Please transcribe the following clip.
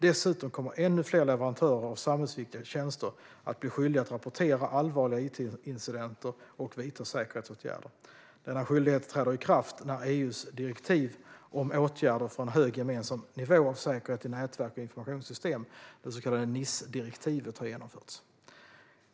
Dessutom kommer ännu fler leverantörer av samhällsviktiga tjänster att bli skyldiga att rapportera allvarliga it-incidenter och vidta säkerhetsåtgärder. Denna skyldighet träder i kraft när EU:s direktiv om åtgärder för en hög gemensam nivå av säkerhet i nätverk och informationssystem, det så kallade NIS-direktivet, har genomförts.